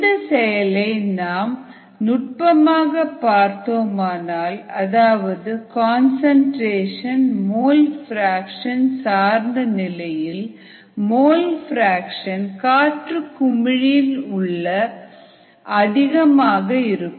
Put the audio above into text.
இந்த செயலை நாம் நுட்பமாக பார்த்தோமானால் அதாவது கன்சன்ட்ரேஷன் மோல் பிராக்சன் சார்ந்த நிலையில் மோல் பிராக்சன் காற்று குமிழியின் உள் அதிகமாக இருக்கும்